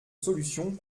solution